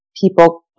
people